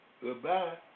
goodbye